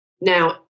Now